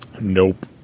Nope